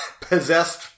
possessed